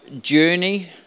journey